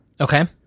Okay